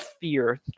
fear